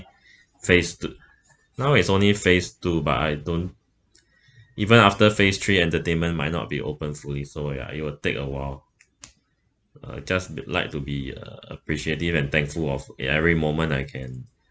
phase t~ now is only phase two but I don't even after phase three entertainment might not be open fully so ya it will take a while uh just like to be uh appreciative and thankful of ya every moment I can